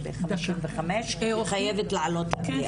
אני חייבת לעלות למליאה.